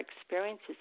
experiences